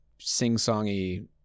sing-songy